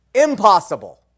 Impossible